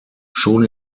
schon